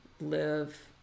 live